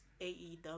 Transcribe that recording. AEW